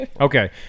Okay